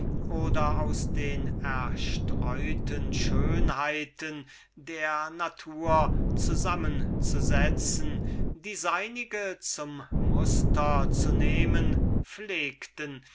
oder aus den zerstreuten schönheiten der natur zusammen zu setzen die seinige zum muster nahmen